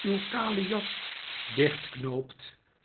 uw kale jas dichtknoopt